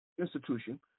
institution –